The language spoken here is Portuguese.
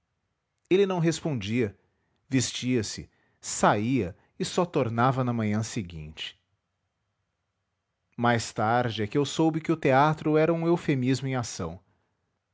ele não respondia vestia-se saía e só tornava na manhã seguinte mais tarde é que eu soube que o teatro era um eufemismo em ação